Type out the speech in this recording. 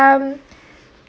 um